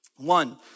One